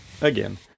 again